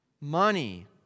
Money